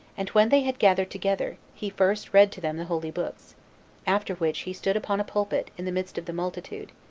and when they had gathered together, he first read to them the holy books after which he stood upon a pulpit, in the midst of the multitude,